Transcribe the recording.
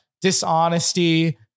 dishonesty